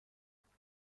اینجا